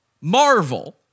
Marvel